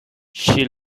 she